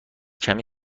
کمی